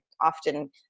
often